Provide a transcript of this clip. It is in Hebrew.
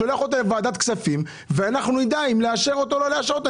שולח אותו לוועדת כספים ואנחנו נדע אם לאשר אותו או לא לאשר אותו.